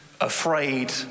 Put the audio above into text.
afraid